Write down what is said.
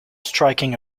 striking